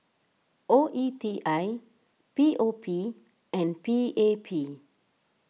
O E T I P O P and P A P